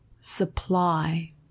supply